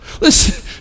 Listen